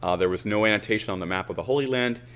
ah there was no annotation on the map of the holy land.